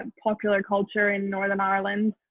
and popular culture in northern ireland